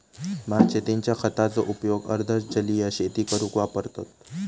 भात शेतींच्या खताचो उपयोग अर्ध जलीय शेती करूक वापरतत